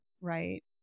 right